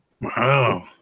Wow